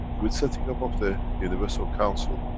with setting up of the universal council,